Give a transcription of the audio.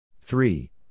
three